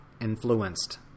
influenced